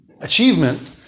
achievement